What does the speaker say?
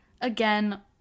again